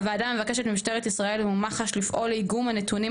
הוועדה מבקשת ממשטרת ישראל ומח"ש לפעול לאיגום הנתונים